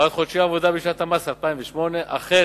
בעד חודשי עבודה בשנת המס 2008. החל